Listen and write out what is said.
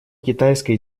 китайской